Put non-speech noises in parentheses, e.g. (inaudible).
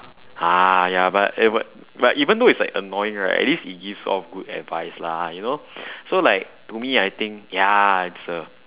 (breath) ya but eh what but like even though it's like annoying right at least it gives off good advice lah you know so like to me I think ya it's a